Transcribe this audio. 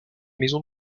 maison